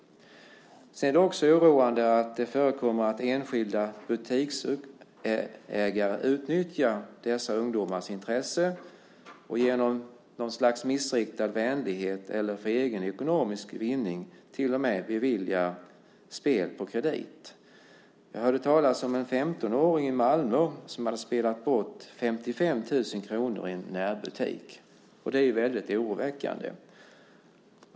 Sedan är det också oroande att det förekommer att enskilda butiksägare utnyttjar dessa ungdomars intresse och genom något slags missriktad vänlighet eller för egen ekonomisk vinning till och med beviljar spel på kredit. Jag hörde talas om en 15-åring i Malmö som hade spelat bort 55 000 kr i en närbutik, och det är väldigt oroväckande.